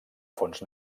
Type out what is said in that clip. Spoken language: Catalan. fons